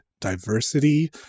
Diversity